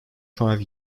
five